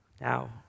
Now